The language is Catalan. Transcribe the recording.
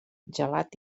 gelat